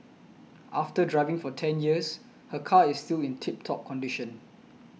after driving for ten years her car is still in tip top condition